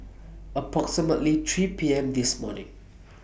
approximately three PM This morning